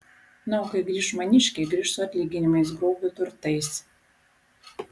na o kai grįš maniškiai grįš su atlyginimais grobiu turtais